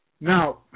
Now